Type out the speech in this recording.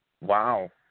Wow